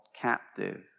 captive